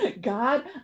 God